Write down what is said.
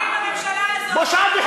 אתם מצביעים לממשלה הזאת.